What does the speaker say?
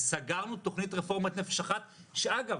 סגרנו תוכנית רפורמת "נפש אחת" שאגב,